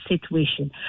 situation